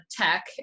tech